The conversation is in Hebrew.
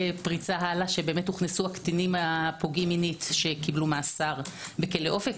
פריצה שיוכנסו הקטינים הפוגעים מינית שקיבלו מאסר בכלא אופק,